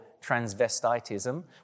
transvestitism